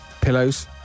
pillows